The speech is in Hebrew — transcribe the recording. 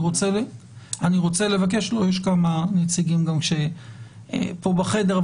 יש כמה נציגים גם פה בחדר.